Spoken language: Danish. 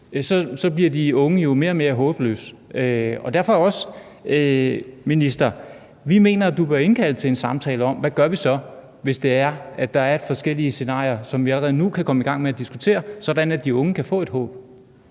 at hver dag tæller. Derfor mener vi, minister, at du bør indkalde til en samtale om, hvad vi så gør, hvis det er, at der er forskellige scenarier, som vi allerede nu kan komme i gang med at diskutere, sådan at de unge kan få et håb.